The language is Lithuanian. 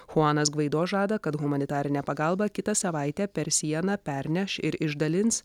huanas gvaido žada kad humanitarinę pagalbą kitą savaitę per sieną perneš ir išdalins